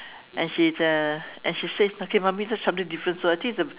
and she is a and she says okay mummy that something different so I think it's a